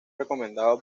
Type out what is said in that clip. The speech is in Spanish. recomendado